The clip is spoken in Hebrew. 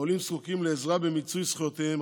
העולים זקוקים לעזרה במיצוי זכויותיהם,